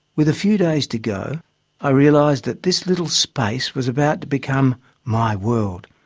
with a few days to go i realised that this little space was about to become my world.